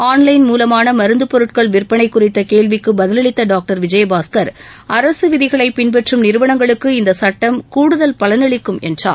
online மூலமான மருந்து பொருட்கள் விற்பனை குறித்த கேள்விக்கு பதிலளித்த டாக்டர் விஜயபாஸ்கள் அரசு விதிகளை பின்பற்றும் நிறுவனங்களுக்கு இந்த சுட்டம் கூடுதல் பலனளிக்கும் என்றார்